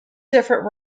different